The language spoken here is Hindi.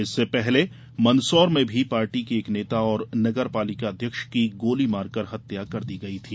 इससे पहले मंदसौर में भी पार्टी के एक नेता और नगरपालिका अध्यक्ष की गोली मारकर हत्या कर दी गई थी